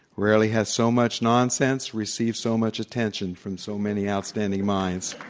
rarely has so much nonsense received so much attention from so many outstanding minds.